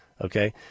okay